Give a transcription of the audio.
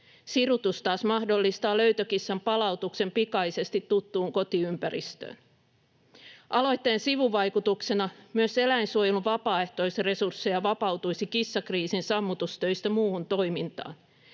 Sirutus taas mahdollistaa löytökissan palautuksen pikaisesti tuttuun kotiympäristöön. Aloitteen sivuvaikutuksena myös eläinsuojelun vapaaehtoisresursseja vapautuisi kissakriisin sammutustöistä muuhun toimintaan.